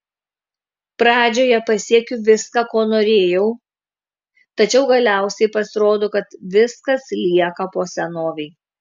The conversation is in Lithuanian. pradžioje pasiekiu viską ko norėjau tačiau galiausiai pasirodo kad viskas lieka po senovei